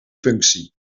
functie